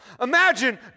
Imagine